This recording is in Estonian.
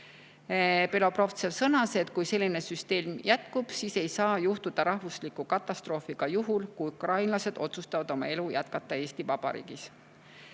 Belobrovtsev sõnas, et kui selline süsteem jätkub, siis ei saa [toimuda] rahvuslikku katastroofi ka juhul, kui ukrainlased otsustavad oma elu jätkata Eesti Vabariigis.